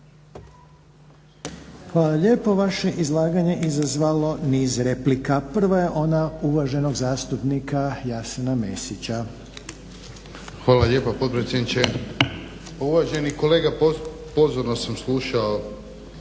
Hvala lijepo. Vaše izlaganje je izazvalo niz replika. Prva je ona uvaženog zastupnika Jasena Mesića. **Mesić, Jasen (HDZ)** Hvala lijepa potpredsjedniče. Uvaženi kolega pozorno sam slušao